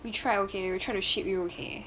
we try okay we try to ship you okay